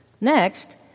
Next